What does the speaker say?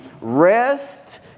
rest